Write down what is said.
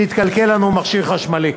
כשמתקלקל לנו מכשיר חשמלי.